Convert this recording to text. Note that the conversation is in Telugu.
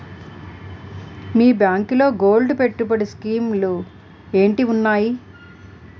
మీ బ్యాంకులో గోల్డ్ పెట్టుబడి స్కీం లు ఏంటి వున్నాయి?